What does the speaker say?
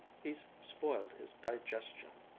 he's spoiled his digestion,